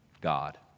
God